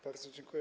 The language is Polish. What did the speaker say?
Bardzo dziękuję.